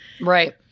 Right